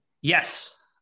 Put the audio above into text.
Yes